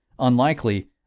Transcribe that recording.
unlikely